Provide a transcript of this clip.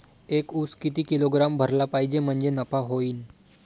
एक उस किती किलोग्रॅम भरला पाहिजे म्हणजे नफा होईन?